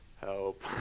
help